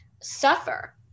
suffer